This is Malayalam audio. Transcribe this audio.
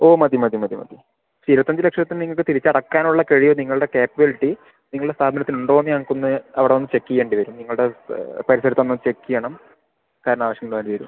ഓ മതി മതി മതി മതി ഈ ഇരുപത്തഞ്ച് ലക്ഷത്തിൻ്റ നിങ്ങൾക്ക് തിരിച്ച് അടക്കാൻ ഉള്ള കഴിവ് നിങ്ങളുടെ കേപ്പബിലിറ്റി നിങ്ങളുടെ സ്ഥാപനത്തിന് ഉണ്ടോയെന്ന് ഞങ്ങൾക്ക് ഒന്ന് അവിടെ വന്ന് ചെക്ക് ചെയ്യേണ്ടി വരും നിങ്ങളുടെ പരിസരത്ത് ഒന്ന് ചെക്ക് ചെയ്യണം കാരണം ആവശ്യം വേണ്ടി വരും